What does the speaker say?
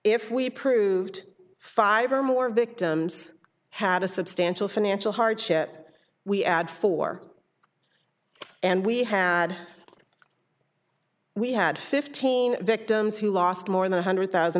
if we proved five or more victims had a substantial financial hardship we add four and we had we had fifteen victims who lost more than a hundred thousand